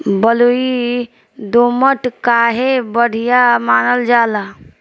बलुई दोमट काहे बढ़िया मानल जाला?